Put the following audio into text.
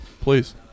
Please